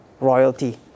royalty